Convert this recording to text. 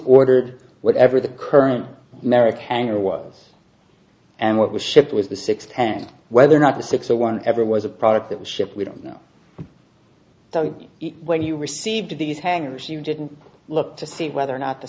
ordered whatever the current american hangar was and what was shipped with the six ten whether or not the six zero one ever was a product that was shipped we don't know when you received these hangars you didn't look to see whether or not the